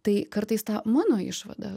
tai kartais tą mano išvadą